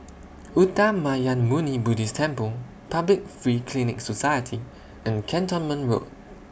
Uttamayanmuni Buddhist Temple Public Free Clinic Society and Cantonment Road